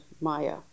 Maya